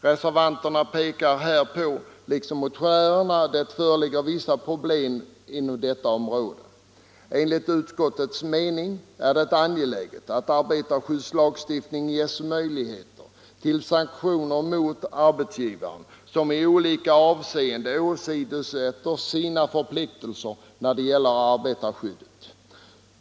Reservanterna liksom motionärerna pekar på att det föreligger vissa problem på detta område. Enligt utskottets mening är det angeläget att arbetarskyddslagstiftningen ger möjligheter till sanktioner mot arbetsgivare som i olika avseenden åsidosätter sina förpliktelser när det gäller arbetarskyddet.